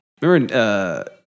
Remember